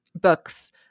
books